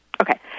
Okay